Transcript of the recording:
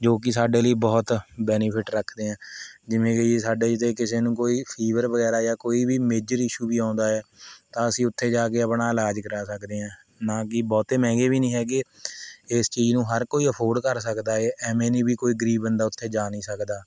ਜੋ ਕਿ ਸਾਡੇ ਲਈ ਬਹੁਤ ਬੈਨੀਫਿੱਟ ਰੱਖਦੇ ਹੈ ਜਿਵੇਂ ਕਿ ਸਾਡੇ ਜੇ ਕਿਸੇ ਨੂੰ ਕੋਈ ਫੀਵਰ ਵਗੈਰਾ ਜਾਂ ਕੋਈ ਵੀ ਮੇਜਰ ਇਸ਼ੂ ਵੀ ਆਉਂਦਾ ਹੈ ਤਾਂ ਅਸੀਂ ਉੱਥੇ ਜਾ ਕੇ ਆਪਣਾ ਇਲਾਜ ਕਰਾ ਸਕਦੇ ਹਾਂ ਨਾ ਕਿ ਬਹੁਤੇ ਮਹਿੰਗੇ ਵੀ ਨਹੀਂ ਹੈਗੇ ਇਸ ਚੀਜ਼ ਨੂੰ ਹਰ ਕੋਈ ਅਫੋਡ ਕਰ ਸਕਦਾ ਹੈ ਐਵੇਂ ਨਹੀਂ ਵੀ ਕੋਈ ਗਰੀਬ ਬੰਦਾ ਉੱਥੇ ਜਾ ਨਹੀਂ ਸਕਦਾ